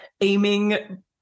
aiming